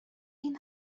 این